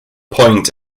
point